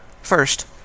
First